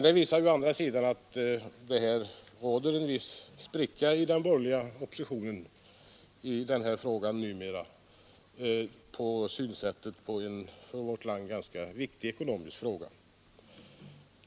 Det visar även att det numera finns en spricka i den borgerliga oppositionen när det gäller synen på denna för vårt land ganska viktiga ekonomiska fråga.